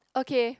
okay